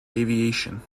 aviation